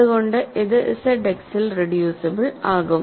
അതുകൊണ്ട് ഇത് Z X ൽ റെഡ്യൂസിബിൾ ആകും